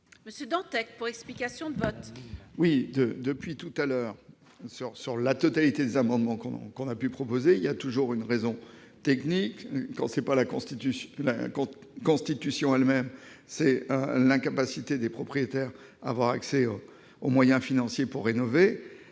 Ronan Dantec, pour explication de vote.